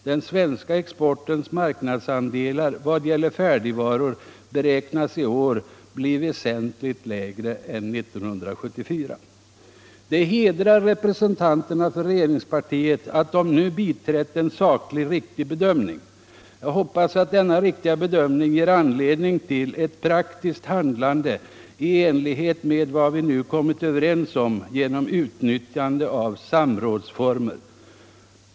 Den svenska exportens marknadsandelar vad gäller färdigvaror beräknas i år bli väsentligt lägre än 1974.” Det hedrar representanterna för regeringspartiet att de nu biträtt en sakligt riktig bedömning. Jag hoppas att denna riktiga bedömning ger anledning till ett praktiskt handlande i enlighet med vad vi nu kommit överens om genom utnyttjande av samrådsformer.